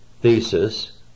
thesis